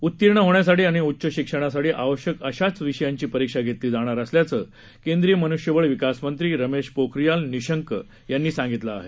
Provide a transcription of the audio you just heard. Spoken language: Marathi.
उत्तीर्ण होण्यासाठी आणि उच्च शिक्षणासाठी आवश्यक अशाच विषयांची परीक्षा घेतली जाणार असल्याचे केंद्रीय मनुष्यबळ विकास मंत्री रमेश पोखरियाल निशंक यांनी सांगितलं आहे